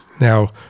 Now